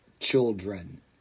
children